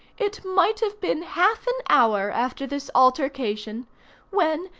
it might have been half an hour after this altercation when,